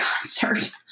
concert